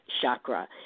chakra